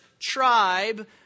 tribe